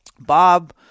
Bob